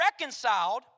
reconciled